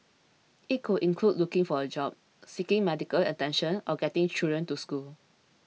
it could include looking for a job seeking medical attention or getting children to school